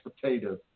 potatoes